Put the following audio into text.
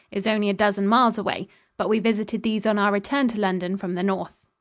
is only a dozen miles away but we visited these on our return to london from the north.